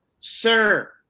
Sir